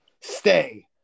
Stay